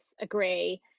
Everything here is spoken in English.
agree